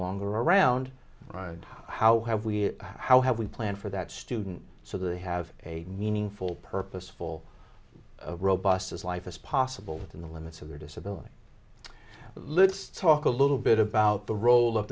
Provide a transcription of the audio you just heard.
longer around how have we how have we planned for that student so they have a meaningful purposeful robust as life as possible within the limits of their disability let's talk a little bit about the role of